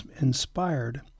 inspired